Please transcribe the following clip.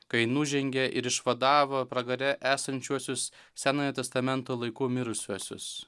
kai nužengė ir išvadavo pragare esančiuosius senojo testamento laikų mirusiuosius